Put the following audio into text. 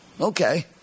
Okay